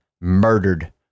murdered